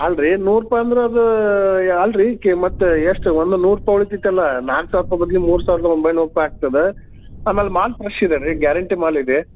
ಅಲ್ರಿ ನೂರು ರೂಪಾಯಿ ಅಂದ್ರೆ ಅದು ಅಲ್ರಿ ಕೆ ಮತ್ತು ಎಷ್ಟು ಒಂದು ನೂರು ರೂಪಾಯ್ ಉಳಿತಿತಲ್ಲಾ ನಾಕ್ ಸಾವ್ರ್ ರುಪಾಯ್ ಬದ್ಲಿಗ್ ಮೂರ್ ಸಾವ್ರ್ದ ಒಂಬೈನೂರ್ ರುಪೈ ಆಗ್ತದ ಆಮೇಲ್ ಮಾಲ್ ಫ್ರೆಶ್ ಇದೇರಿ ಗ್ಯಾರಂಟಿ ಮಾಲಿದೆ